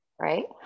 Right